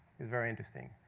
is very interesting.